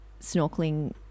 snorkeling